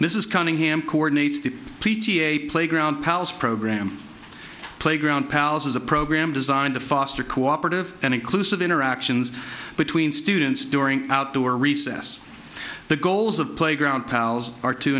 mrs cunningham coordinates the p t a playground program playground palace's a program designed to foster cooperative and inclusive interactions between students during outdoor recess the goals of playground pals are to